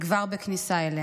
כבר בכניסה אליה,